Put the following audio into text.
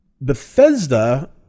Bethesda